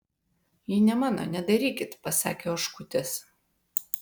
ji ne mano nedarykit pasakė oškutis